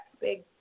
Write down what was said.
big